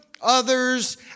others